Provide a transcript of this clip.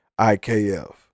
IKF